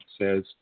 says